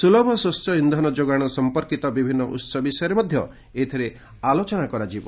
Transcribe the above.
ସୁଲଭ ସ୍ୱଚ୍ଚ ଇନ୍ଧନ ଯୋଗାଣ ସମ୍ପର୍କିତ ବିଭିନ୍ନ ଉତ୍ସ ବିଷୟରେ ମଧ୍ୟ ଏଥିରେ ଆଲୋଚନା କରାଯିବ